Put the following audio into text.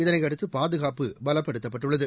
இதனையடுத்துபாதுகாப்பு பலப்டுத்தப்பட்டுள்ளது